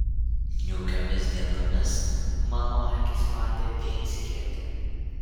niūkiomis dienomis mano akys matė vien skėtį